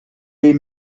les